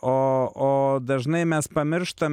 o o dažnai mes pamirštam